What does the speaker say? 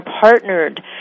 partnered